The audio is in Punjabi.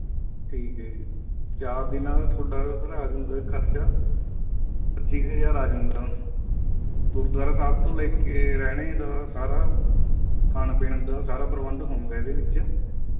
ਠੀਕ ਹੈ ਜੀ ਚਾਰ ਦਿਨਾਂ ਦਾ ਤੁਹਾਡਾ ਸਰ ਆ ਜਾਵੇਗਾ ਖਰਚਾ ਪੱਚੀ ਕੁ ਹਜ਼ਾਰ ਆ ਜੂੰਗਾ ਗੁਰਦੁਆਰਾ ਸਾਹਿਬ ਤੋਂ ਲੈ ਕੇ ਰਹਿਣ ਦਾ ਸਾਰਾ ਖਾਣ ਪੀਣ ਦਾ ਸਾਰਾ ਪ੍ਰਬੰਧ ਹੋਵੇਗਾ ਇਹਦੇ ਵਿੱਚ